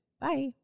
Bye